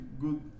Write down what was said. good